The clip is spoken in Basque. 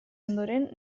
ondoren